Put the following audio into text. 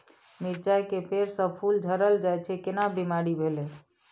मिर्चाय के पेड़ स फूल झरल जाय छै केना बीमारी भेलई?